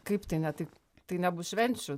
kaip tai ne tai tai nebus švenčių